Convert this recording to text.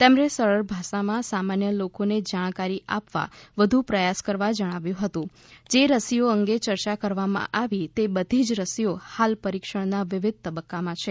તેમણે સરળ ભાષામાં સામાન્ય લોકોને જાણકારી આપવા વધુ પ્રયાસ કરવા જણાવ્યું હતું જે રસીઓ અંગે ચર્ચા કરવામાં આવી તે બધી જ રસીઓ હાલ પરીક્ષણના વિવિદ તબક્કામાં છે